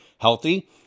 healthy